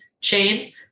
chain